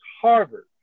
Harvard